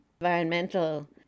environmental